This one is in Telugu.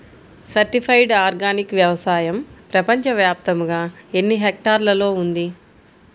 సర్టిఫైడ్ ఆర్గానిక్ వ్యవసాయం ప్రపంచ వ్యాప్తముగా ఎన్నిహెక్టర్లలో ఉంది?